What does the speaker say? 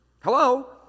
Hello